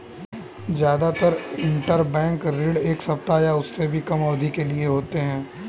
जादातर इन्टरबैंक ऋण एक सप्ताह या उससे भी कम अवधि के लिए होते हैं